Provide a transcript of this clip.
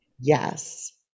Yes